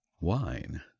wine